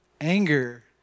anger